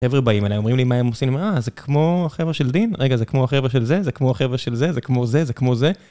חבר'ה באים אליי, אומרים לי מה הם עושים, אה זה כמו החבר'ה של דין? רגע זה כמו החבר'ה של זה? זה כמו החבר'ה של זה? זה כמו זה? זה כמו זה?